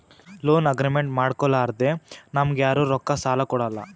loan agreement ಮಾಡ್ಕೊಲಾರ್ದೆ ನಮ್ಗ್ ಯಾರು ರೊಕ್ಕಾ ಸಾಲ ಕೊಡಲ್ಲ